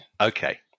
Okay